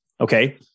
Okay